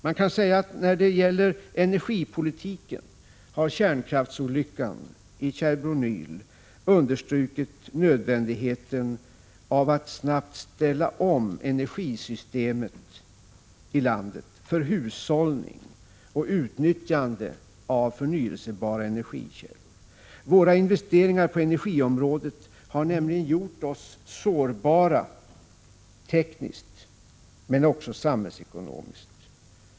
Man kan säga att när det gäller energipolitiken har kärnkraftsolyckan i Tjernobyl understrukit nödvändigheten av att snabbt ställa om energisystemet i landet för hushållning och utnyttjande av förnyelsebara energikällor. Våra investeringar på energiområdet har nämligen gjort oss sårbara, tekniskt men också 17 samhällsekonomiskt.